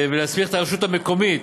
ולהסמיך את הרשות המקומית.